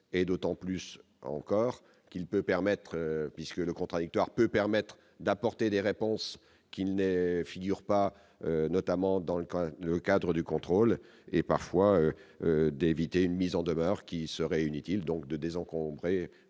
et d'autant plus encore qu'il peut permettre, puisque le contradictoire peut permettre d'apporter des réponses qui ne figurent pas notamment dans le train, le cadre du contrôle et parfois d'éviter une mise en demeure qui se réunit-t-il donc de désencombrer